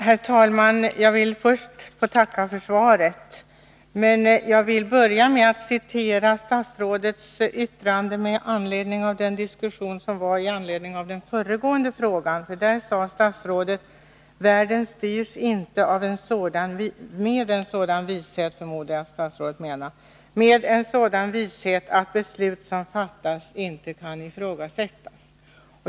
Herr talman! Jag vill först tacka för svaret. Vid den diskussion som fördes i anledning av den föregående frågan sade statsrådet att världen inte styrs med sådan vishet att beslut som fattas inte kan ifrågasättas.